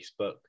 facebook